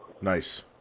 nice